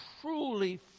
truly